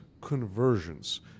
conversions